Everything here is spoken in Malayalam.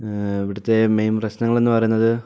ഇവിടുത്തെ മെയിൻ പ്രശ്നങ്ങളെന്നു പറയുന്നത്